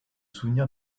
souvenir